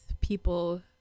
people